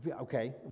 Okay